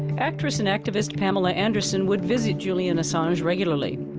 actress and activist pamela anderson would visit julian assange regularly.